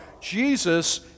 jesus